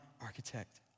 architect